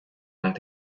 nach